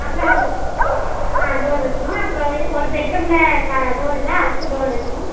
அப்புறோம் ஆ டோர் வைக்குணும் அப்புறோம் இ ஒரு பெட்ரூமில் க டோர் இல்லை அதுக்கும் டோர் வைக்குணும்